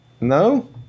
No